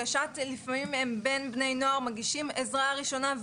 הגשת עזרה ראשונה,